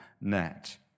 net